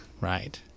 Right